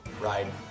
ride